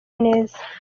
neza